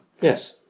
Yes